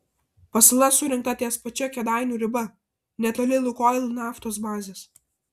pasala surengta ties pačia kėdainių riba netoli lukoil naftos bazės